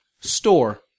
store